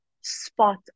spot